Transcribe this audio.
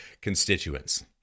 constituents